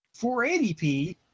480p